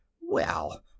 Well